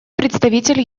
представитель